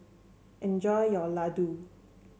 enjoy your Ladoo